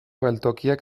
geltokiak